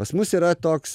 pas mus yra toks